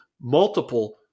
multiple